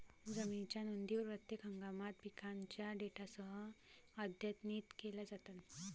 जमिनीच्या नोंदी प्रत्येक हंगामात पिकांच्या डेटासह अद्यतनित केल्या जातात